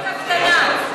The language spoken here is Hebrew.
פוליטיקה קטנה.